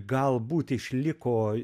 galbūt išliko